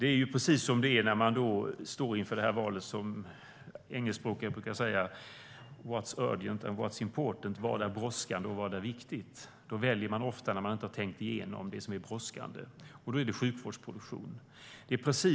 När man står i valet mellan, som engelskspråkiga brukar säga, what's urgent and what's important - vad som är brådskande och vad som är viktigt - väljer man ofta det som är brådskande, utan att ha tänkt igenom det hela. I det här fallet är det sjukvårdsproduktion.